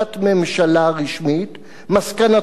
מסקנתנו היא" אומר דוח-לוי,